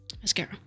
mascara